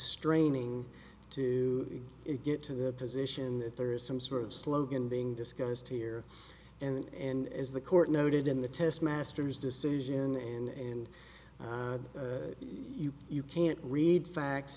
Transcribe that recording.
straining to get to the position that there is some sort of slogan being discussed here and as the court noted in the test master's decision and you you can't read facts